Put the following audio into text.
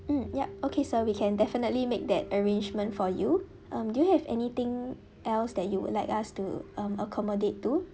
mm yup okay sir we can definitely make that arrangement for you um do you have anything else that you would like us to um accommodate to